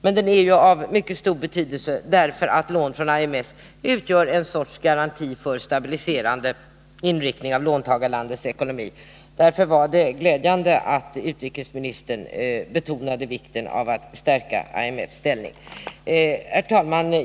Men den är ju av mycket stor betydelse, därför att lån från IMF utgör en sorts garanti för en stabiliserande inriktning av låntagarlandets ekonomi. Det var därför glädjande att utrikesministern betonade vikten av att stärka IMF:s ställning. Herr talman!